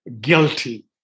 guilty